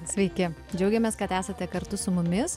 sveiki džiaugiamės kad esate kartu su mumis